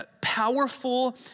powerful